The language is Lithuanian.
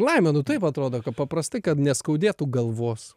laimę nu taip atrodo kad paprastai kad neskaudėtų galvos